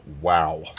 wow